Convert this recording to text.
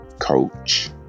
Coach